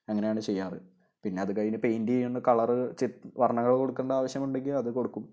അങ്ങനെ ആണ് ചെയ്യാറ് പിന്നെ അതുകഴിഞ്ഞ് പെയിന്റ് ചെയ്യുന്ന കളര് വർണങ്ങള് കൊടുക്കേണ്ട ആവശ്യം ഉണ്ടെങ്കിൽ അത് കൊടുക്കും